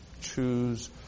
Choose